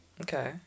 Okay